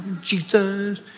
Jesus